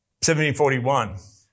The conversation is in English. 1741